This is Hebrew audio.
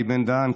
אלי בן-דהן,